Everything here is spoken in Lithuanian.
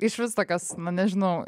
išvis tokios nu nežinau